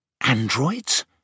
Androids